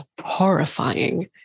horrifying